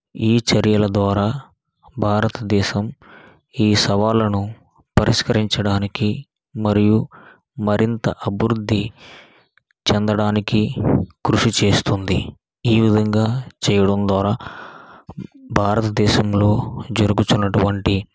ఈ చర్యల ద్వారా భారతదేశం ఈ సవాళ్ళలను పరిష్కరించడానికి మరియు మరింత అభివృద్ధి చెందడానికి కృషి చేస్తుంది ఈ విధంగా చేయడం ద్వారా భారతదేశంలో జరుగుతున్నటువంటి